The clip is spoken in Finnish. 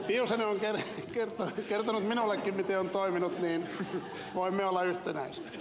tiusanen on kertonut minullekin miten on toiminut niin voimme olla yhtenäisiä